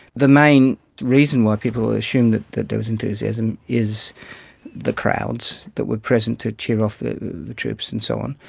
the main reason why people assumed that that there was enthusiasm is the crowds that were present to cheer off the troops and so on,